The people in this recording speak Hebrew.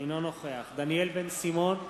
אינו נוכח דניאל בן-סימון,